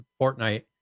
fortnite